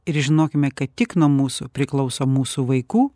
ir žinokime kad tik nuo mūsų priklauso mūsų vaikų